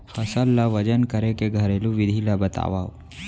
फसल ला वजन करे के घरेलू विधि ला बतावव?